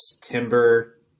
timber